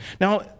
Now